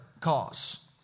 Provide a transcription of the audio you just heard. cause